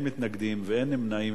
בעד, 6, אין מתנגדים ואין נמנעים.